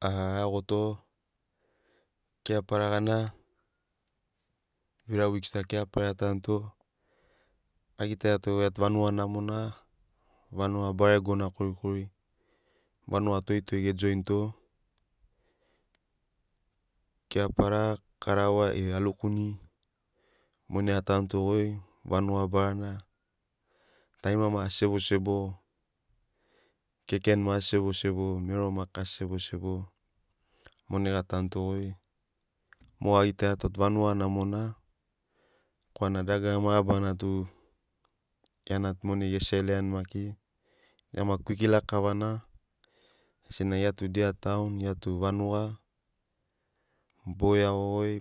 A aiagoto kepara gana vira wiks ta keapara ai atanuto agitaiato gia tu vanuga namona vanuga baregona korikori vanuga toito ge joinito keapara, karawa e alukuni monai a tanuto goi vanuga barana tarima maki asi sebo sebo kekeni maki asi sebo sebo mero maki asi sebosebo monai ga tanuto goi. Moga a gitaiato tu vanuga namona korana dagara mabarana tu gia na tu monai ge seroni gia maki kwikila kavana sena gia tu dia taun gia tu vanuga. Boro iago goi